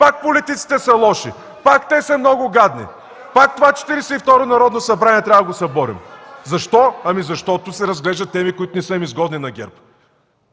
пак политиците са лоши, пак те са много гадни, пак това Четиридесет и второ Народно събрание, трябва да го съборим. Защо? Защото се разглеждат теми, които не са изгодни на ГЕРБ.